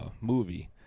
movie